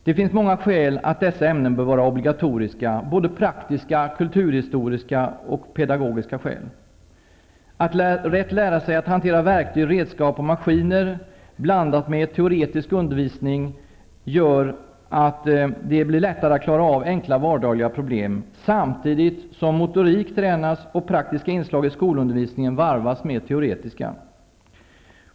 Det finns många skäl till att dessa ämnen bör vara obligatoriska -- praktiska, kulturhistoriska och pedagogiska skäl. Att lära sig att rätt hantera verktyg, redskap och maskiner, blandat med teoretisk undervisning, gör det lättare att klara av enkla, vardagliga problem, samtidigt som motoriken tränas och praktiska inslag i skolundervisningen varvas med teoretiska.